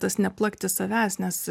tas neplakti savęs nes